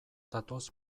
datoz